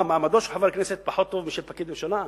מה, מעמדו של חבר כנסת פחות מאשר של פקיד ממשלה?